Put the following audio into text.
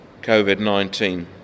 COVID-19